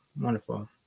wonderful